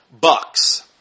bucks